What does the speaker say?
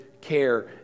care